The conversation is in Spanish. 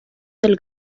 del